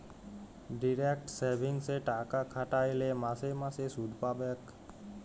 direct সেভিংসে টাকা খ্যাট্যাইলে মাসে মাসে সুদ পাবেক